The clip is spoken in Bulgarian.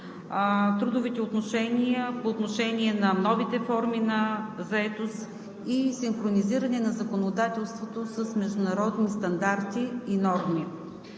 трудовите отношения по отношение на новите форми на заетост и синхронизиране на законодателството с международни стандарти и норми.